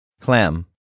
Clam